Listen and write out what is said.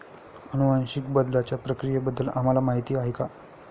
अनुवांशिक बदलाच्या प्रक्रियेबद्दल आपल्याला माहिती आहे का?